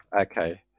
okay